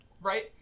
Right